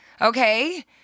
okay